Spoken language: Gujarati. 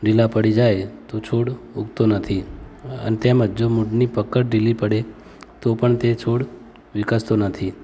ઢીલા પડી જાય તો છોડ ઉગતો નથી અન તેમ જ મૂળની પકડ ઢીલી પડે તો પણ તે છોડ વિકસતો નથી